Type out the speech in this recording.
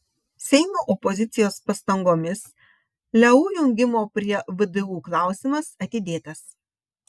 seimo opozicijos pastangomis leu jungimo prie vdu klausimas atidėtas